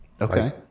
okay